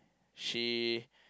she